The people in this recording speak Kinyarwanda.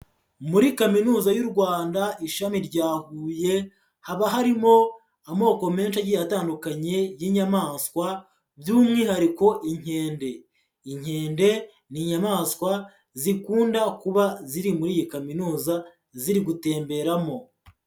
Muri Kaminuza y'u Rwanda ishami rya Huye haba harimo amoko menshi agiye atandukanye y'inyamaswa by'umwihariko inkende, inkende n'inyamaswa zikunda kuba ziri muri iyi kaminuza ziri gutemberamo.